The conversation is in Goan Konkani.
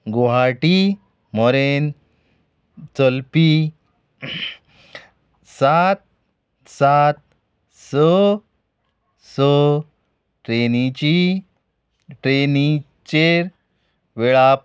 गुहाटी मरेन चलपी सात सात स ट्रेनीची ट्रेनीचेर वेळा